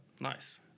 Nice